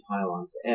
pylons